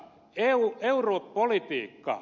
mutta europolitiikka